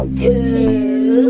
two